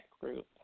group